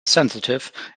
sensitive